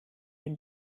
dem